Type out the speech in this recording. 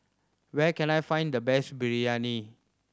where can I find the best Biryani